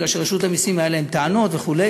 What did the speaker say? בגלל שרשות המסים היו לה טענות וכו'.